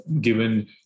given